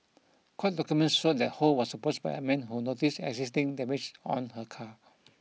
court documents showed that Ho was approached by a man who noticed existing damage on her car